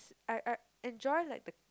I I enjoy like the